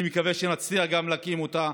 אני מקווה שנצליח להקים גם אותה.